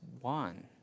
one